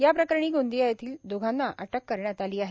याप्रकरणी गोंदिया येथील दोघांना अटक करण्यात आली आहे